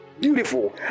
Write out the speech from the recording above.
Beautiful